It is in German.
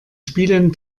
spielen